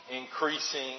increasing